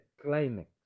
climax